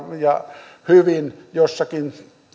ja hyvin jossakin